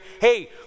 hey